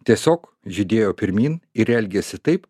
tiesiog judėjo pirmyn ir elgėsi taip